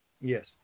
Yes